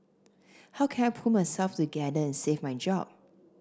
how can I pull myself together and save my job